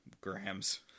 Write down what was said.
Grams